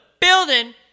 building